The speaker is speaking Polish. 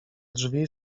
drzwi